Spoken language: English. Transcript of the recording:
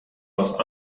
must